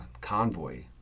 convoy